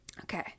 okay